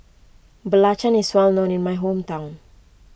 Belacan is well known in my hometown